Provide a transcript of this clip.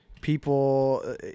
people